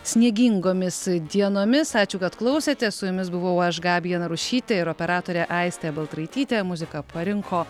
sniegingomis dienomis ačiū kad klausėte su jumis buvau aš gabija narušytė ir operatore aistė baltraitytė muziką parinko